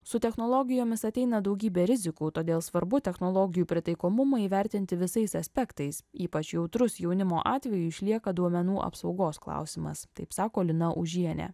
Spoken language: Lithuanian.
su technologijomis ateina daugybė rizikų todėl svarbu technologijų pritaikomumą įvertinti visais aspektais ypač jautrus jaunimo atveju išlieka duomenų apsaugos klausimas taip sako lina užienė